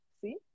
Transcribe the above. See